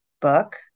book